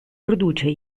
produce